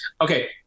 okay